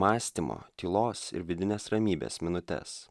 mąstymo tylos ir vidinės ramybės minutes